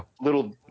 little